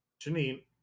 Janine